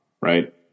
right